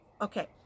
Okay